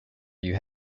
you